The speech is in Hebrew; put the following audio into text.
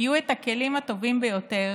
יהיו הכלים הטובים ביותר